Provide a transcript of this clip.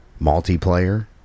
multiplayer